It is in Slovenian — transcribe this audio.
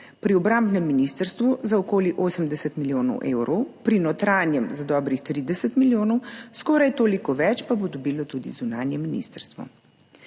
pri obrambnem ministrstvu za okoli 80 milijonov evrov, pri notranjem za dobrih 30 milijonov, skoraj toliko več pa bo dobilo tudi zunanje ministrstvo.